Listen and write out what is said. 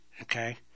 Okay